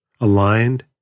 aligned